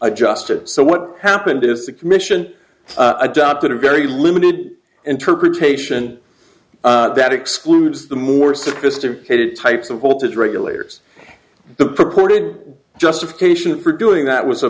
adjusted so what happened is the commission adopted a very limited interpretation that excludes the more sophisticated types of voltage regulators the purported justification for doing that was a